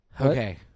Okay